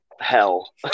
hell